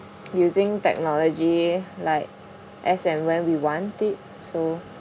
using technology like as and when we want it so